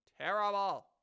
terrible